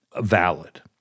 valid